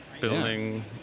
building